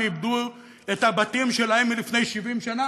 ואיבדו את הבתים שלהם מלפני 70 שנה.